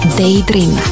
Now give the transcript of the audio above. Daydream